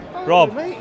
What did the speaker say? Rob